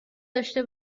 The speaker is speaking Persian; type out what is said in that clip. داشته